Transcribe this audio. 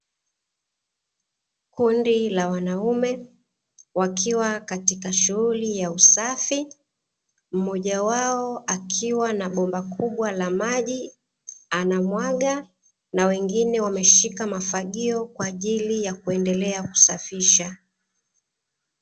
Kundi la wanaume wakiwa katika shughuli ya usafi, mmoja wao akiwa na bomba kubwa la maji anamwaga na wengine wameshika mafagio kwa ajili ya kuendelea kusafisha.